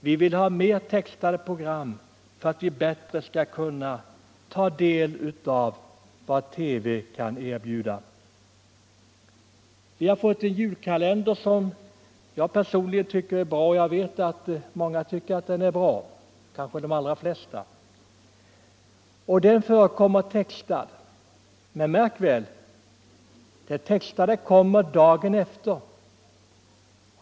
”Vi vill ha fler textade program för att vi bättre skall kunna ta del av vad TV kan erbjuda,” säger man. Årets Julkalender, som jag personligen och många med mig tycker är bra, förekommer textad — men märk väl att det textade programmet kommer som repris dagen efter.